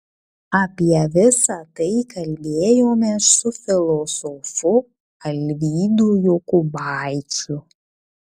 apie visa tai kalbėjomės su filosofu alvydu jokubaičiu